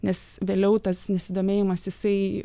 nes vėliau tas nesidomėjimas jisai